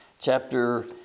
Chapter